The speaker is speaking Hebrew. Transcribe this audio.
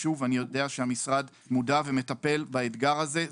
אני יודע שהמשרד מודע ומטפל באתגר הזה.